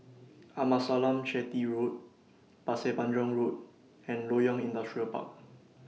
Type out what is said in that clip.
Amasalam Chetty Road Pasir Panjang Road and Loyang Industrial Park